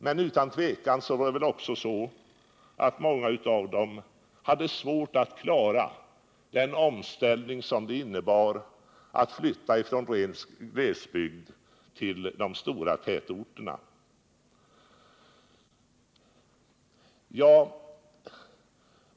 Men utan tvivel var det väl också så, att många av dem hade svårt att klara den omställning som det innebar att flytta från ren glesbygd till de stora tätorterna.